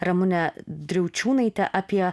ramunę driaučiūnaitę apie